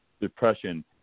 depression